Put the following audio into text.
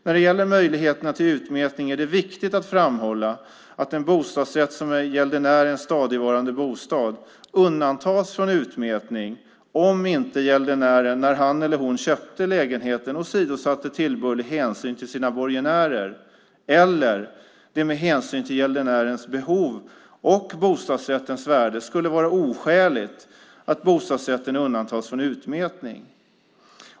När det gäller möjligheterna till utmätning är det viktigt att framhålla att en bostadsrätt som är gäldenärens stadigvarande bostad undantas från utmätning om inte gäldenären när han eller hon köpte lägenheten åsidosatte tillbörlig hänsyn till sina borgenärer, eller det med hänsyn till gäldenärens behov och bostadsrättens värde skulle vara oskäligt att bostadsrätten undantas från utmätning.